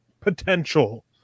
potential